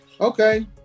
okay